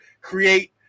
create